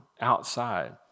outside